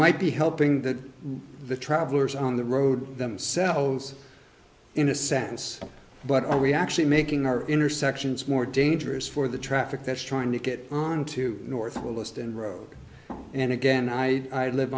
might be helping that the travelers on the road themselves in a sense but are we actually making our intersections more dangerous for the traffic that's trying to get onto north will list and road and again i live